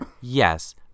Yes